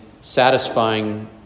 satisfying